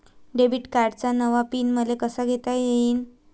Debit कार्डचा नवा pin मले कसा घेता येईन?